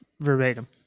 verbatim